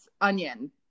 onion